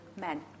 men